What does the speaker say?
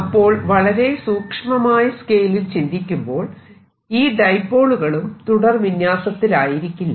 അപ്പോൾ വളരെ സൂക്ഷ്മമായ സ്കെയിലിൽ ചിന്തിക്കുമ്പോൾ ഈ ഡൈപോളുകളും തുടർ വിന്യാസത്തിലായിരിക്കില്ല